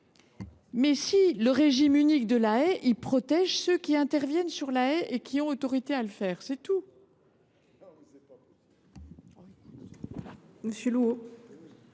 Mais si ! Le régime unique de la haie protège ceux qui interviennent sur la haie et ont autorité pour le faire, voilà tout.